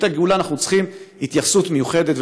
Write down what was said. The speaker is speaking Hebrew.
הגאולה אנחנו צריכים התייחסות מיוחדת,